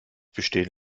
bestehen